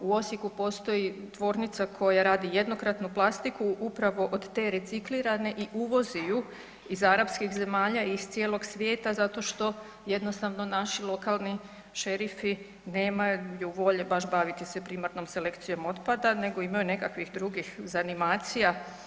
U Osijeku postoji tvornica koja radi jednokratnu plastiku upravo od te reciklirane i uvozi ju iz arapskih zemalja i iz cijelog svijeta zato što jednostavno naši lokalni šerifi nemaju volje baš baviti se primarnom selekcijom otpada, nego imaju nekakvih drugih zanimacija.